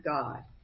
God